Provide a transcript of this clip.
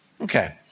Okay